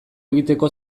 egiteko